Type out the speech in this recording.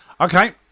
Okay